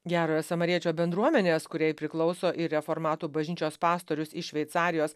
gerojo samariečio bendruomenės kuriai priklauso ir reformatų bažnyčios pastorius iš šveicarijos